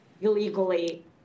illegally